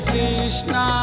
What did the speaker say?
Krishna